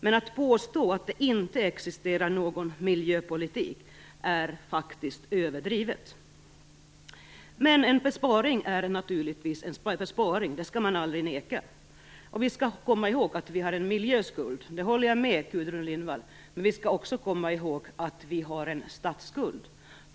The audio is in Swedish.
Men att påstå att det inte existerar någon miljöpolitik är överdrivet. En besparing är naturligtvis en besparing. Det skall man aldrig neka till. Vi skall komma ihåg att vi har en miljöskuld. Där håller jag med Gudrun Lindvall. Men vi skall också komma ihåg att vi har en statsskuld.